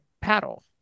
paddle